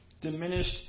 diminished